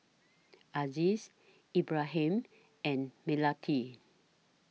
Aziz Ibrahim and Melati